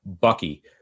Bucky